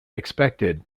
expected